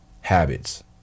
habits